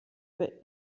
für